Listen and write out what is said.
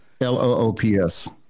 L-O-O-P-S